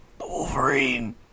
Wolverine